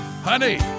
Honey